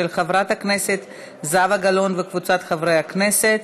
של חברת הכנסת זהבה גלאון וקבוצת חברי הכנסת.